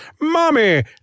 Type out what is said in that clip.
mommy